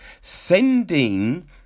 sending